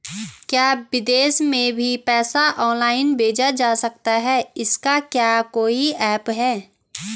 क्या विदेश में भी पैसा ऑनलाइन भेजा जा सकता है इसका क्या कोई ऐप है?